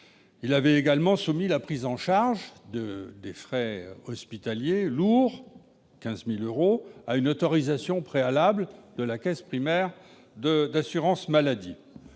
Il avait également soumis la prise en charge des frais hospitaliers lourds, au-delà de 15 000 euros, à une autorisation préalable de la caisse primaire d'assurance maladie.